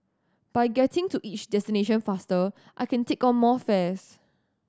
by getting to each destination faster I can take on more fares